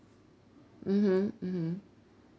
mmhmm mmhmm